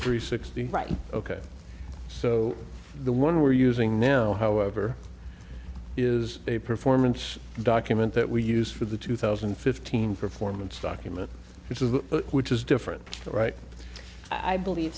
three sixty right ok so the one we're using now however is a performance document that we use for the two thousand and fifteen performance document which is which is different right i believe